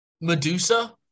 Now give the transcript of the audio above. Medusa